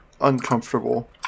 uncomfortable